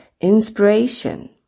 inspiration